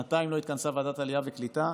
שנתיים לא התכנסה ועדת העלייה והקליטה.